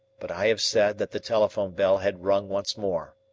but i have said that the telephone-bell had rung once more.